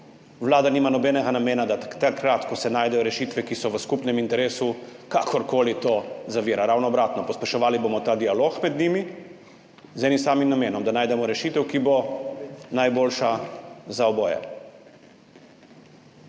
Vlada nima nobenega namena, da takrat, ko se najdejo rešitve, ki so v skupnem interesu, to kakorkoli zavira. Ravno obratno, pospeševali bomo ta dialog med njimi z enim samim namenom, da najdemo rešitev, ki bo najboljša za oboje.